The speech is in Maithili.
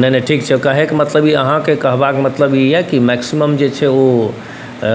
नहि नहि ठीक छै कहैके मतलब ई अहाँके कहबाके मतलब ई अइ जे मैक्सिमम जे छै ओ